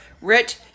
Rich